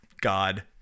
god